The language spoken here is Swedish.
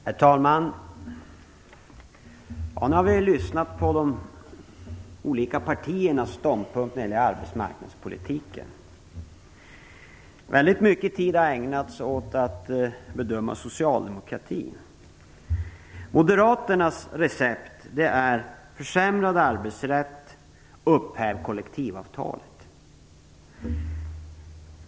Herr talman! Nu har vi lyssnat på de olika partiernas ståndpunkter när det gäller arbetsmarknadspolitiken. Väldigt mycket tid har ägnats åt att bedöma socialdemokratin. Moderaternas recept är försämrad arbetsrätt och upphävt kollektivavtal.